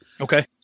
Okay